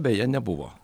beje nebuvo